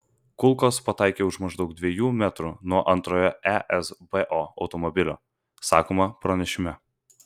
kulkos pataikė už maždaug dviejų metrų nuo antrojo esbo automobilio sakoma pranešime